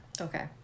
Okay